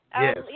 Yes